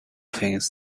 things